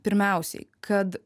pirmiausiai kad